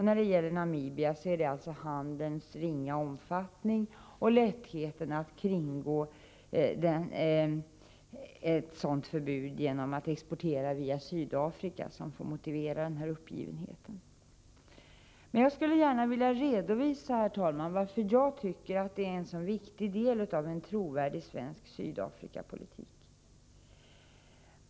När det gäller Namibia är det handelns ringa omfattning och lättheten att kringgå ett förbud genom att exportera via Sydafrika som får motivera uppgivenheten. Herr talman! Jag skulle gärna vilja redovisa varför jag tycker att det här är en så viktig del av en trovärdig svensk Sydafrikapolitik.